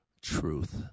truth